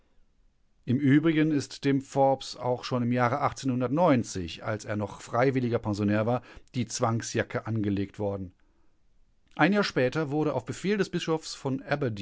im übrigen ist dem forbes auch schon im jahre als er noch freiwilliger pensionär war die zwangsjacke angelegt worden ein jahr später wurde auf befehl des bischofs von